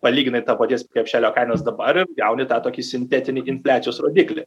palyginai to paties krepšelio kainas dabar gauni tą tokį sintetinį infliacijos rodiklį